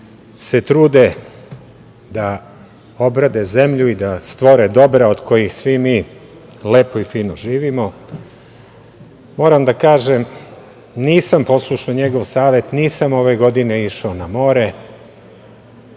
se trude da obrade zemlju da stvore dobra od kojih svi mi lepo i fino živimo, moram da kažem, nisam poslušao njegov savet, nisam ove godine išao na more,